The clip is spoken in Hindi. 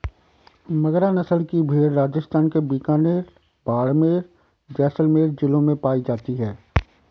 मगरा नस्ल की भेंड़ राजस्थान के बीकानेर, बाड़मेर, जैसलमेर जिलों में पाई जाती हैं